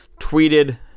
tweeted